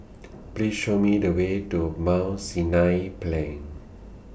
Please Show Me The Way to Mount Sinai Plain